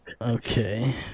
Okay